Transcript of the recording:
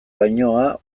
lainoa